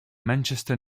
manchester